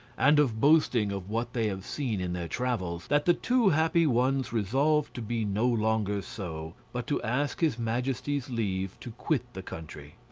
and of boasting of what they have seen in their travels, that the two happy ones resolved to be no longer so, but to ask his majesty's leave to quit the country.